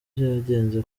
byagenze